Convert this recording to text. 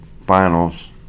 finals